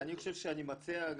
אני מציע,